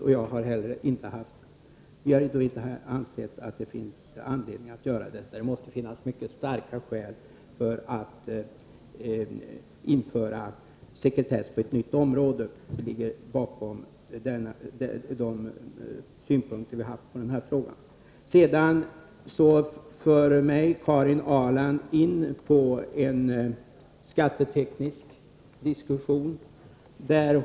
Vi har inte ansett att det finns anledning att göra det. Det måste finnas mycket starka skäl för att införa sekretess på ett nytt område. Detta ligger bakom de synpunkter som vi har haft på denna fråga. Karin Ahrland för mig in i en skatteteknisk diskussion.